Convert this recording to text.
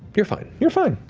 you're fine, you're fine.